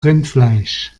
rindfleisch